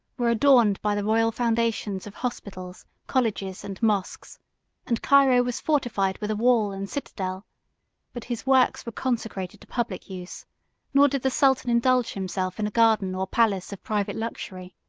were adorned by the royal foundations of hospitals, colleges, and mosques and cairo was fortified with a wall and citadel but his works were consecrated to public use nor did the sultan indulge himself in a garden or palace of private luxury.